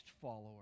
follower